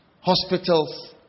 hospitals